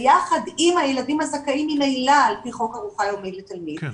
ביחד עם הילדים הזכאים ממילא על פי חוק ארוחה יומית לתלמיד,